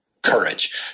Courage